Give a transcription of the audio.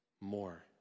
more